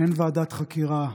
אין ועדת חקירה,